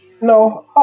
no